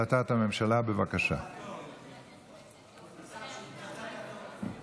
החלטת הממשלה בדבר מינוי סגן שר במשרד ראש הממשלה.